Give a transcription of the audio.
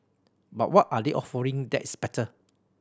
but what are they offering that's better